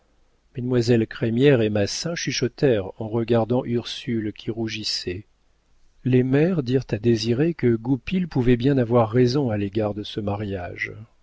différentes mesdemoiselles crémière et massin chuchotèrent en regardant ursule qui rougissait les mères dirent à désiré que goupil pouvait bien avoir raison à l'égard de ce mariage